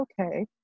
okay